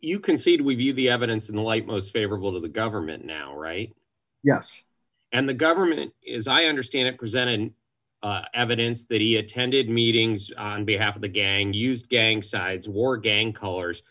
you concede we view the evidence in the light most favorable to the government now right yes and the government is i understand it presented in evidence that he attended meetings on behalf of the gang used gang sides wore gang colors